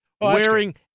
wearing